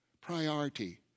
priority